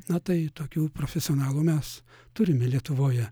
na tai tokių profesionalų mes turime lietuvoje